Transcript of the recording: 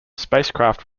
spacecraft